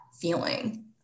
feeling